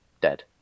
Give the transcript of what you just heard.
dead